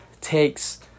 takes